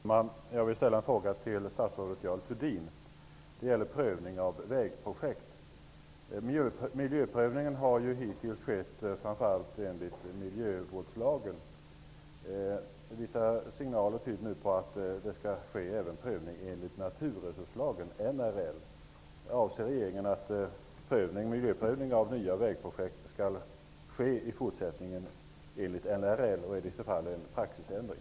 Herr talman! Jag vill ställa en fråga till statsrådet Görel Thurdin. Det gäller prövningen av vägprojekt. Miljöprövning har hittills skett framför allt enligt miljövårdslagen. Vissa signaler tyder nu på att även prövning enligt naturresurslagen, NRL, skall ske. Avser regeringen att miljöprövning av nya vägprojekt i fortsättningen skall ske enligt naturresurslagen och är det i så fall en praxisändring?